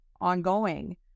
ongoing